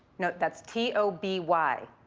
no, that's t o b y,